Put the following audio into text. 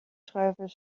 schuiven